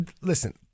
Listen